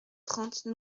trente